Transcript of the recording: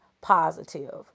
positive